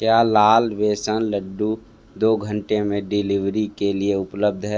क्या लाल बेसन लड्डू दो घंटे में डिलीवरी के लिए उपलब्ध है